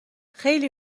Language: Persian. خیلی